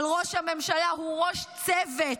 אבל ראש ממשלה הוא ראש צוות,